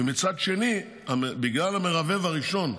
מצד שני, בגלל המרבב הראשון,